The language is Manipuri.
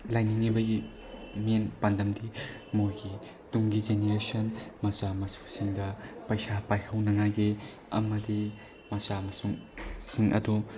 ꯂꯩꯅꯤꯡꯏꯕꯒꯤ ꯃꯦꯟ ꯄꯥꯟꯗꯝꯗꯤ ꯃꯣꯏꯒꯤ ꯇꯨꯡꯒꯤ ꯖꯦꯅꯦꯔꯦꯁꯟ ꯃꯆꯥ ꯃꯁꯨꯁꯤꯡꯗ ꯄꯩꯁꯥ ꯄꯥꯏꯍꯧꯅꯉꯥꯏꯒꯤ ꯑꯃꯗꯤ ꯃꯆꯥ ꯃꯁꯨꯁꯤꯡ ꯑꯗꯨ